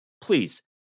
please